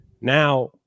Now